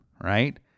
right